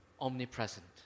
omnipresent